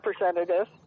representative